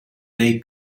dei